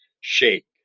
shake